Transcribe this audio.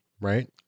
right